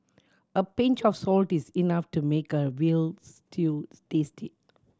a pinch of salty is enough to make a veal stew tasty